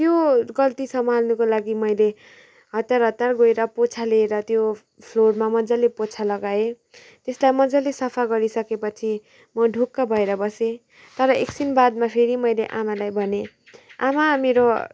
त्यो गलती सम्हाल्नुको लागि मैले हतार हतार गएर पोछा लिएर त्यो फ्लोरमा मजाले पोछा लगाएँ त्यसलाई मजाले सफा गरिसकेपछि म ढुक्क भएर बसेँ तर एकछिन बादमा फेरि मैले आमालाई भनेँ आमा मेरो